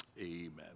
Amen